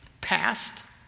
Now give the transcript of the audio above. past